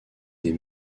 des